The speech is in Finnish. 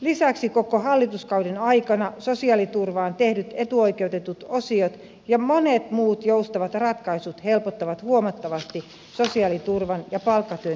lisäksi koko hallituskauden aikana sosiaaliturvaan tehdyt etuoikeutetut osiot ja monet muut joustavat ratkaisut helpottavat huomattavasti sosiaaliturvan ja palkkatyön yhteensovittamista